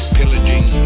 Pillaging